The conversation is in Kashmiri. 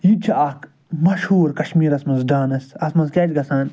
یہِ تہِ چھُ اَکھ مَشہور کَشمیٖرَس مَنٛز ڈانَس اَتھ مَنٛز کیٛاہ چھُ گَژھان